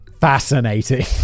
fascinating